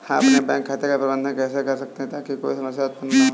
हम अपने बैंक खाते का प्रबंधन कैसे कर सकते हैं ताकि कोई समस्या उत्पन्न न हो?